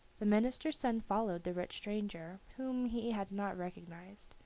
the minister's son followed the rich stranger, whom he had not recognized.